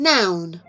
Noun